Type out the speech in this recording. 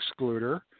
excluder